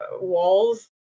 walls